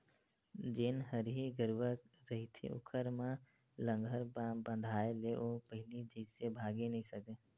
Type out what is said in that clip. जेन हरही गरूवा रहिथे ओखर म लांहगर बंधाय ले ओ पहिली जइसे भागे नइ सकय